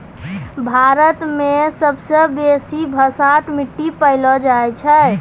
भारत मे सबसे बेसी भसाठ मट्टी पैलो जाय छै